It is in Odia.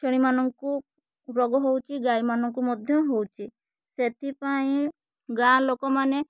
ଛେଳିମାନଙ୍କୁ ରୋଗ ହେଉଛି ଗାଈମାନଙ୍କୁ ମଧ୍ୟ ହେଉଛି ସେଥିପାଇଁ ଗାଁ ଲୋକମାନେ